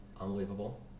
Unbelievable